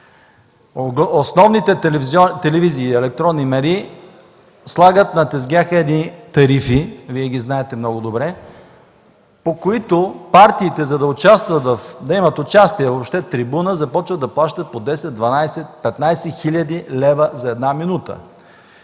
Основните телевизии, електронни медии слагат на тезгяха тарифи и Вие ги знаете много добре, по които партиите, за да имат въобще участие или трибуна, започват да плащат по 10-12-15 хил. лв. за една минута.